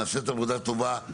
נעשית עבודה טובה.